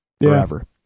forever